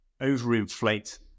overinflate